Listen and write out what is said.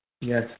yes